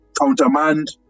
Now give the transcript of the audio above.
countermand